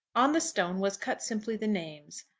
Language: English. on the stone was cut simply the names,